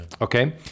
Okay